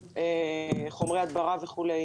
חומרי הדברה וכו'.